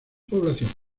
población